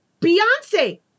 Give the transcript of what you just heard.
Beyonce